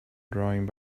drawing